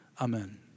Amen